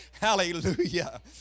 Hallelujah